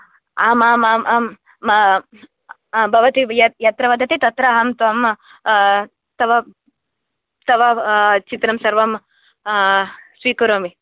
आम् आम् आम् आम् भवती यत्र वदति तत्र अहं त्वं तव तव चित्रं सर्वं स्वीकरोमि